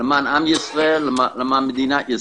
למען עם ישראל, למען מדינת ישראל,